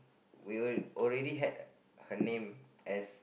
we already had her name as